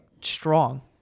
strong